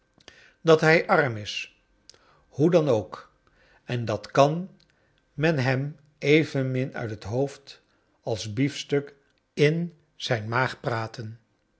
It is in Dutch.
dat hij arm is hoe dan ook en dat kan men hem evenmin uit zijn hoofd als biefstuk in zijn maag praten